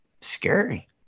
Scary